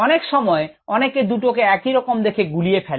অনেক সময় অনেকে দুটোকে একই রকম দেখে গুলিয়ে ফেলে